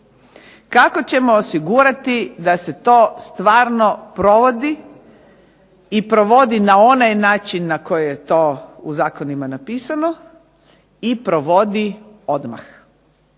kako ćemo osigurati da se to stvarno provodi i provodi na onaj način na koji je to u zakonima napisano i provodi odmah.